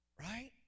Right